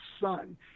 son